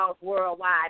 worldwide